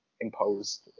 imposed